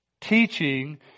teaching